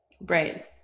Right